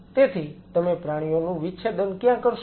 તેથી તમે પ્રાણીઓનું વિચ્છેદન ક્યાં કરશો